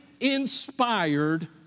inspired